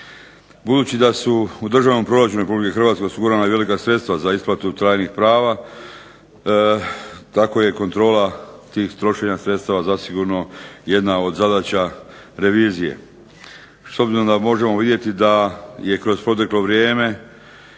Budući da su u Državnom proračunu RH osigurana i velika sredstva za isplatu trajnih prava tako je kontrola tih trošenja sredstava zasigurno jedna od zadaća revizije s obzirom da možemo vidjeti da je kroz proteklo vrijeme